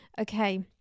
okay